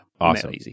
Awesome